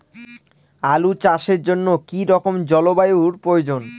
আলু চাষের জন্য কি রকম জলবায়ুর প্রয়োজন?